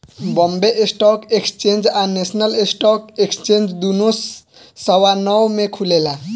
Bombay stock exchange आ national stock exchange दुनो सवा नौ में खुलेला